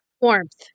Warmth